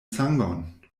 sangon